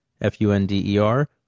F-U-N-D-E-R